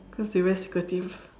cause they very secretive